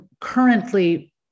currently